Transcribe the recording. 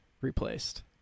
replaced